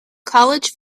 college